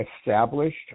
established